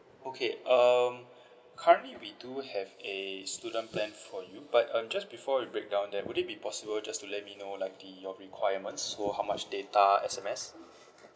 okay um currently we do have a student plan for you but uh just before I breakdown that would it be possible just to let me know like the your requirements so how much data S_M_S